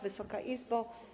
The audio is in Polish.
Wysoka Izbo!